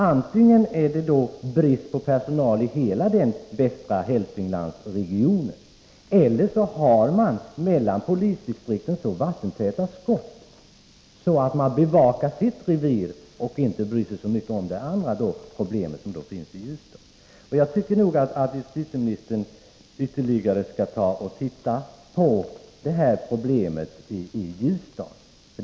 Antingen är det då brist på personal i hela västra Hälsinglands region eller också har man så vattentäta skott mellan polisdistrikten att var och en bevakar sitt revir och inte bryr sig så mycket om de problem som finns hos de andra. Jag tycker att justitieministern skall titta på problemen i Ljusdal ytterligare.